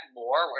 more